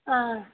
অঁ